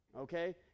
okay